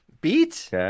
Beat